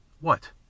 What